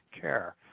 care